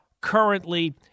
currently